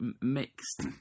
mixed